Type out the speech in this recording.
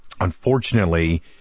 unfortunately